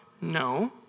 No